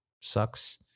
Sucks